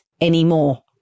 anymore